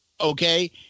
Okay